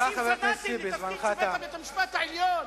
אנשים פנאטים לתפקיד שופטי בית-המשפט העליון.